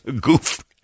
Goof